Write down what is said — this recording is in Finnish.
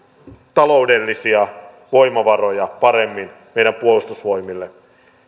taloudellisia voimavaroja paremmin meidän puolustusvoimille